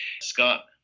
Scott